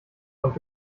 und